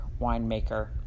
winemaker